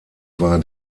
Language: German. war